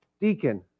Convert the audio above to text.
deacon